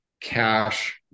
cash